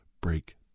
break